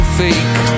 fake